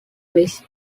its